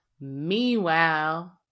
Meanwhile